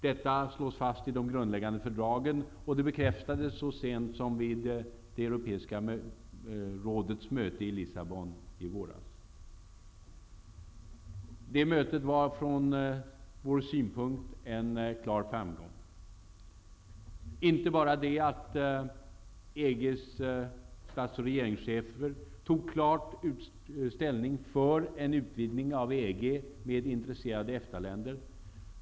Detta slås fast i de grundläggande fördragen, och det bekräftades så sent som vid Europeiska rådets möte i Lissabon i våras. Det mötet var från svensk synpunkt en klar framgång. EG-ländernas regeringschefer tog inte bara klar ställning för en utvidgning av EG med intresserade EFTA-länder.